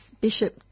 Bishop